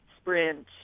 sprint